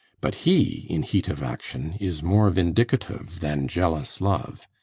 but he in heat of action is more vindicative than jealous love.